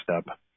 step